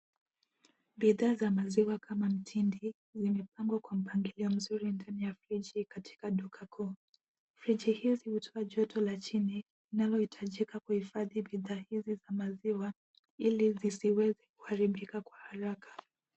Bidhaa za maziwa kama mtindi, zimepangwa kwa mpangilio mzuri ndani ya friji katika duka kuu. Friji hizi zimetoka joto la chini linalohitajika kuhifadhi bidhaa hizi za maziwa ili zisiweze kuharibika kwa haraka.